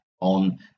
on